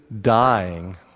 dying